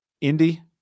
Indy